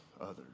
others